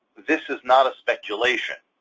this is not a speculation.